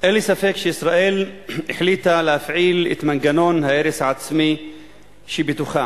אין לי ספק שישראל החליטה להפעיל את מנגנון ההרס העצמי שבתוכה.